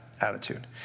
attitude